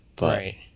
Right